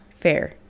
Fair